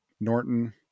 Norton